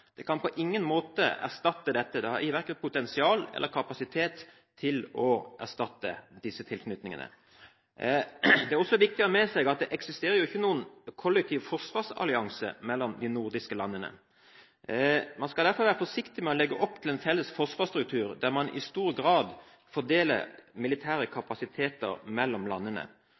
Det kan på ingen måte erstatte dette. Det har verken potensial eller kapasitet til å erstatte disse tilknytningene. Det er også viktig å ha med seg at det jo ikke eksisterer noen kollektiv forsvarsallianse mellom de nordiske landene. Man skal derfor være forsiktig med å legge opp til en felles forsvarsstruktur der man i stor grad fordeler militære kapasiteter mellom landene.